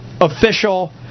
official